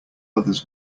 others